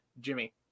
Jimmy